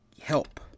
help